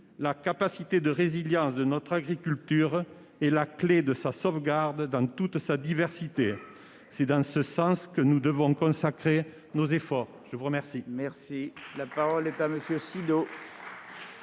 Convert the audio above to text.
La capacité de résilience de notre agriculture est la clé de sa sauvegarde dans toute sa diversité. C'est dans ce sens que nous devons concentrer nos efforts. La parole